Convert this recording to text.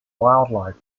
wildlife